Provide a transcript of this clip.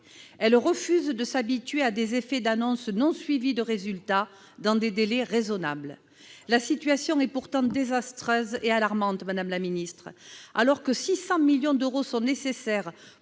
elles refusent de s'habituer à des effets d'annonces non suivies de résultats dans des délais raisonnables. La situation est pourtant désastreuse et alarmante : alors que 600 millions d'euros sont nécessaires